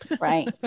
Right